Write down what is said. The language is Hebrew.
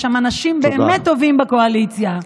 יש שם אנשים באמת טובים בקואליציה.